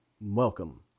welcome